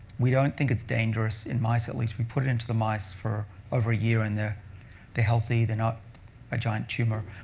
we don't think it's dangerous, in mice at least. we put it into the mice for over a year, and they're they're healthy. they're not a giant tumor.